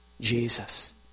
Jesus